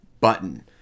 button